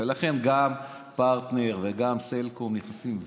לכן גם פרטנר וגם סלקום נכנסים.